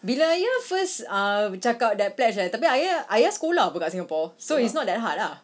bila ayah first uh cakap that pledge eh tapi ayah ayah sekolah pun kat singapore so it's not that hard lah